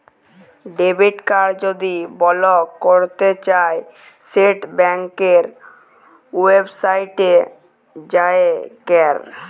debit card যদি block ক্যরতে চাই সেট ব্যাংকের ওয়েবসাইটে যাঁয়ে ক্যর